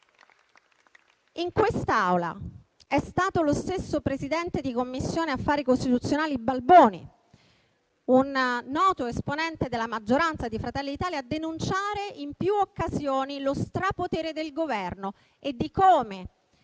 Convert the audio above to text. In quest'Aula è stato lo stesso presidente della Commissione affari costituzionali Balboni, un noto esponente della maggioranza e di Fratelli d'Italia, a denunciare in più occasioni lo strapotere del Governo e di come